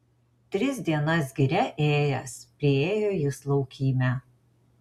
tris dienas giria ėjęs priėjo jis laukymę